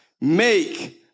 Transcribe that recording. make